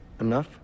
Enough